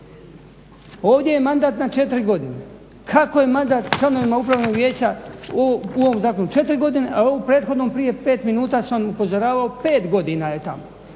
Ovdje je mandat na 4 godine. Kako je mandat članovima upravnog vijeća u ovom zakonu 4 godine, a u ovom prethodnom prije 5 minuta sam upozoravao 5 godina je tamo?